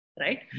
Right